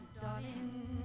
darling